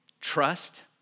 trust